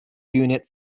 unit